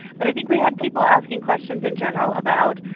but i think we had people asking questions, in general, about